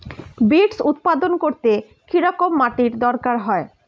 Beets উৎপাদন করতে কেরম মাটির দরকার হয়?